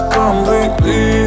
completely